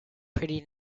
pretty